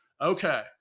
Okay